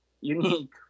unique